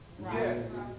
Yes